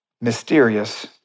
mysterious